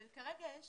אבל כרגע יש